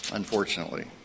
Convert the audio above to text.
unfortunately